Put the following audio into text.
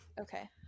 Okay